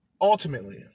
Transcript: Ultimately